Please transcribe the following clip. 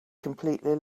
completely